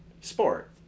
sport